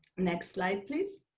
next slide, please.